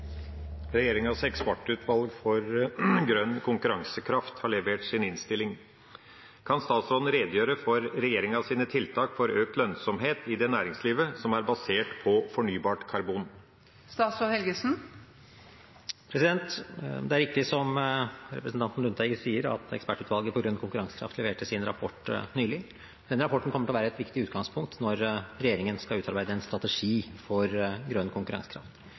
for grønn konkurransekraft leverte sin rapport nylig. Den rapporten kommer til å være et viktig utgangspunkt når regjeringen skal utarbeide en strategi for